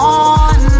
on